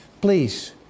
Please